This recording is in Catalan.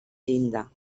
llinda